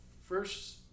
first